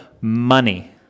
money